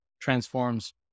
transforms